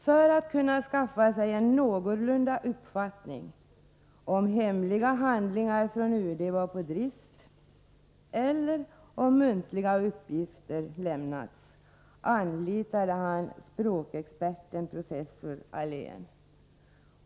För att kunna skaffa sig en hygglig uppfattning om huruvida hemliga handlingar från UD var på drift eller om muntliga uppgifter lämnats, anlitade utrikesministern språkexperten professor Allén.